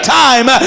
time